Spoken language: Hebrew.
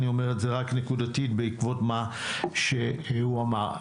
אני אומר את זה רק נקודתית, בעקבות מה שהוא אמר.